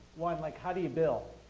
one, like how do you bill?